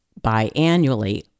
biannually